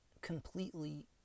completely